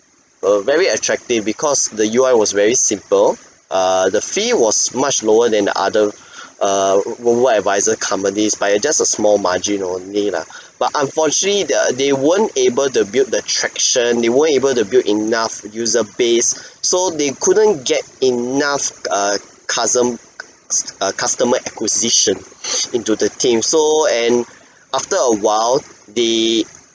err very attractive because the U_I was very simple err the fee was much lower than the other err worldwide advisor companies by a just a small margin only lah but unfortunately the they weren't able to build the traction they weren't able to build enough user base so they couldn't get enough err cusom~ err customer acquisition into the team so and after a while they